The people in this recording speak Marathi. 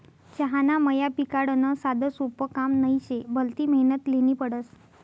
चहाना मया पिकाडनं साधंसोपं काम नही शे, भलती मेहनत ल्हेनी पडस